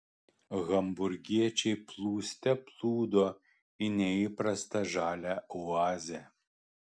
hamburgiečiai plūste plūdo į neįprastą žalią oazę